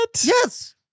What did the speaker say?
Yes